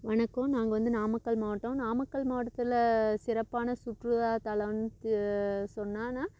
வணக்கம் நாங்கள் வந்து நாமக்கல் மாவட்டம் நாமக்கல் மாவட்டத்தில் சிறப்பான சுற்றுலா தலம்ன்னு சொன்னோம்ன்னா